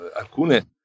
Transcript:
alcune